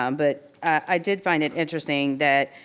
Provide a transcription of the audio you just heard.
um but i did find it interesting that,